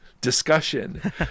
discussion